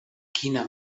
quina